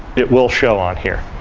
it will show on here.